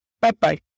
bye-bye